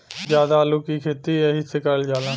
जादा आलू के खेती एहि से करल जाला